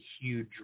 huge